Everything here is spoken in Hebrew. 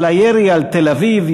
אבל הירי על תל-אביב,